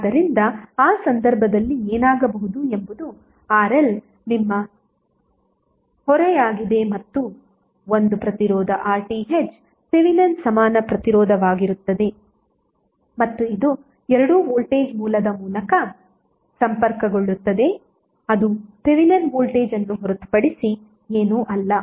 ಆದ್ದರಿಂದ ಆ ಸಂದರ್ಭದಲ್ಲಿ ಏನಾಗಬಹುದು ಎಂಬುದು RL ನಿಮ್ಮ ಹೊರೆಯಾಗಿದೆ ಮತ್ತು ಒಂದು ಪ್ರತಿರೋಧ RTh ಥೆವೆನಿನ್ ಸಮಾನ ಪ್ರತಿರೋಧವಾಗಿರುತ್ತದೆ ಮತ್ತು ಇದು ಎರಡೂ ವೋಲ್ಟೇಜ್ ಮೂಲದ ಮೂಲಕ ಸಂಪರ್ಕಗೊಳ್ಳುತ್ತದೆ ಅದು ಥೆವೆನಿನ್ ವೋಲ್ಟೇಜ್ ಅನ್ನು ಹೊರತುಪಡಿಸಿ ಏನೂ ಅಲ್ಲ